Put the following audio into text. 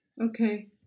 okay